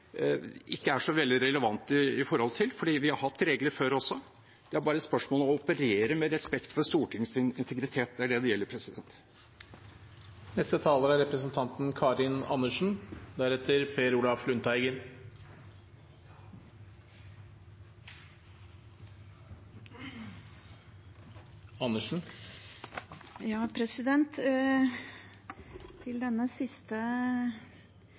ikke er så veldig relevant i forhold til, fordi vi har hatt regler før også. Det er bare et spørsmål om å operere med respekt for Stortingets integritet. Det er det det gjelder. Til denne siste